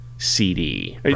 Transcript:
CD